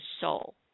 soul